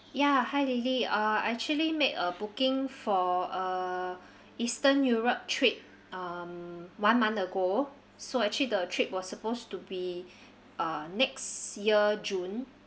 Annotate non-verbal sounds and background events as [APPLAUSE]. ya hi lily I actually make a booking for a [BREATH] eastern europe trip um one month ago so actually the trip was supposed to be [BREATH] uh next year june